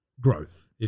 growth